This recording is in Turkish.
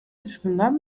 açısından